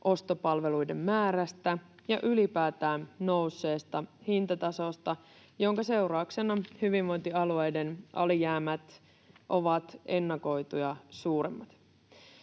ostopalveluiden määrästä ja ylipäätään nousseesta hintatasosta, jonka seurauksena hyvinvointialueiden alijäämät ovat ennakoituja suuremmat.